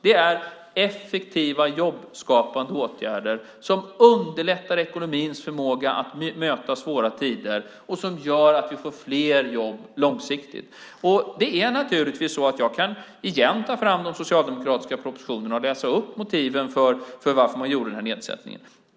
Det är effektiva, jobbskapande åtgärder som underlättar ekonomins förmåga att möta svåra tider och som gör att vi får fler jobb långsiktigt. Jag kan naturligtvis ta fram de socialdemokratiska propositionerna igen och läsa upp motiven till att man gjorde nedsättningen.